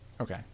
Okay